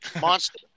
Monster